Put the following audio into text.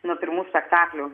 nuo pirmų spektaklių